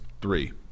three